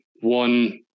one